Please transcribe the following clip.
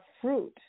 fruit